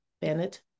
Bennett